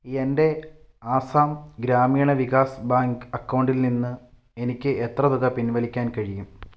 എൻ്റെ ആസാം ഗ്രാമീണ വികാസ് ബാങ്ക് അക്കൗണ്ടിൽ നിന്ന് എനിക്ക് എത്ര തുക പിൻവലിക്കാൻ കഴിയും